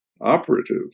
operative